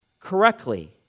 correctly